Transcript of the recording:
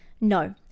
No